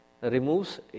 removes